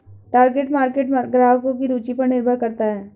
target market ग्राहकों की रूचि पर निर्भर करता है